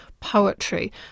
poetry